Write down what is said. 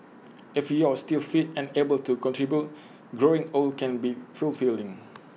if you're still fit and able to contribute growing old can be fulfilling